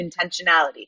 intentionality